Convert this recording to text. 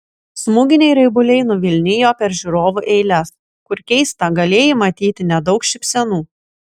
smūginiai raibuliai nuvilnijo per žiūrovų eiles kur keista galėjai matyti nedaug šypsenų